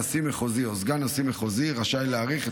נשיא מחוזי או סגן נשיא מחוזי רשאי להאריך את